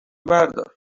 بردار